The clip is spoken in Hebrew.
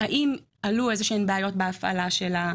האם עלו איזה בעיות בהפעלה שלה?